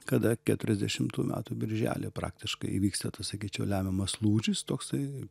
kada keturiasdešimtų metų birželį praktiškai įvyksta tas sakyčiau lemiamas lūžis toksai